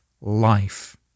life